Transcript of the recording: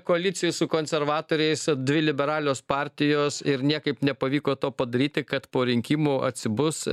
koalicijoj su konservatoriais dvi liberalios partijos ir niekaip nepavyko to padaryti kad po rinkimų atsibus